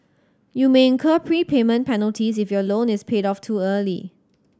you may incur prepayment penalties if your loan is paid off too early